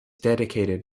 dedicated